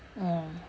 orh